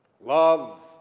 love